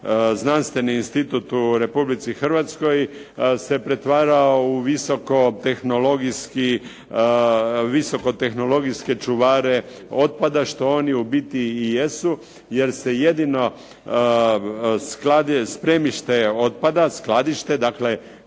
znanstveni institut u Republici Hrvatskoj se pretvarao u visoko tehnologijske čuvare otpada, što oni u biti i jesu, jer se jedino sklad je spremište otpada, skladište. Dakle,